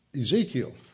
Ezekiel